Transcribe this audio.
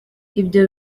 ibyo